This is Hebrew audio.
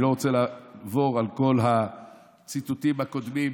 אני לא רוצה לעבור על כל הציטוטים הקודמים